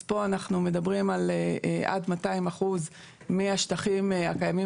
אז פה אנחנו מדברים עד 200% מהשטחים הקיימים